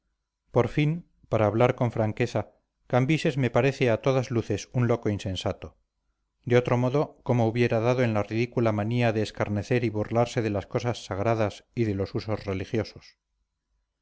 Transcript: por fin para hablar con franqueza cambises me parece a todas luces un loco insensato de otro modo cómo hubiera dado en la ridícula manía de escarnecer y burlarse de las cosas sagradas y de los usos religiosos